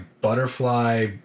butterfly